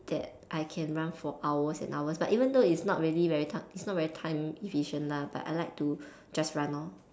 that I can run for hours and hours but even though it's not really very time it's not very time efficient lah but I like to just run lor